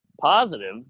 positive